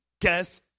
guess